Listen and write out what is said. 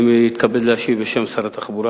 אני מתכבד להשיב בשם שר התחבורה.